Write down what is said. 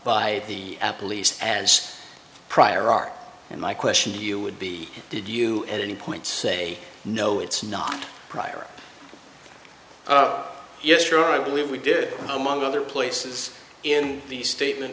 by the apple east as prior art and my question to you would be did you at any point say no it's not a priority yes sure i believe we did among other places in the statement